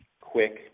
quick